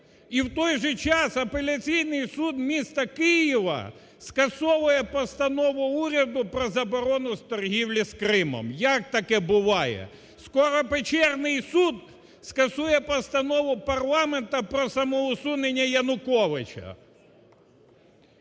і в той же час апеляційний суд міста Києва скасовує Постанову уряду про заборону торгівлі з Кримом, як таке буває? Скоро "печерний" суд скасує Постанову парламенту про самоусунення Януковича.